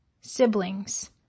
siblings